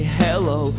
hello